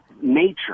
nature